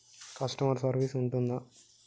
Customer service ఉంటుందా?